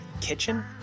Kitchen